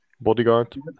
Bodyguard